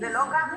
זה לא ככה.